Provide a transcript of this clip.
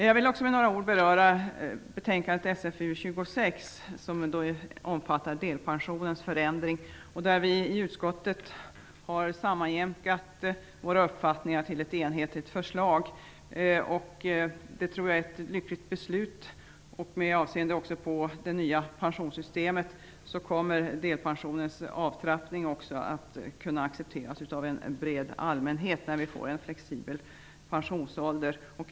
Jag vill också med några ord beröra betänkande Vi har i utskottet sammanjämkat våra uppfattningar till ett enhetligt förslag. Det tror jag är ett lyckligt beslut. Med avseende på det nya pensionssystemet kommer delpensionens avtrappning också kunna att accepteras av en bred allmänhet när vi nu får en flexibel pensionsålder.